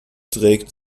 trägt